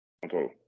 control